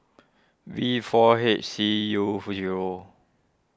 V four H C U zero